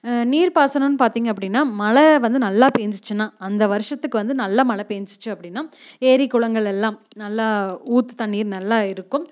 நீர் பாசனம் பார்த்தீங்க அப்படின்னா மழை வந்து நல்லா பேய்ஞ்சிச்சினா அந்த வருஷத்துக்கு வந்து நல்லா மழை பேய்ஞ்சிச்சி அப்படின்னா ஏரி குளங்கள் எல்லாம் நல்லா ஊற்றுத் தண்ணீர் நல்லா இருக்கும்